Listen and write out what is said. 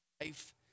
life